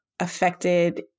affected